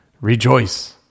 Rejoice